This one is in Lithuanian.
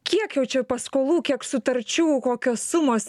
kiek jau čia paskolų kiek sutarčių kokios sumos